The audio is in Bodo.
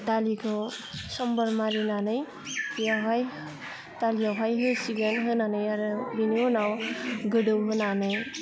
दालिखौ समबार मारिनानै बेयावहाय दालियावहाय होसिगोन होनानै आरो बेनि उनाव गोदौहोनानै